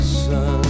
sun